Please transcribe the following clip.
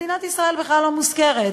ומדינת ישראל בכלל לא נזכרת.